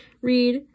read